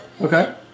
Okay